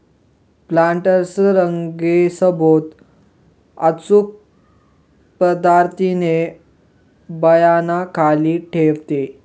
planters रांगे सोबत अचूक पद्धतीने बियांना खाली ठेवते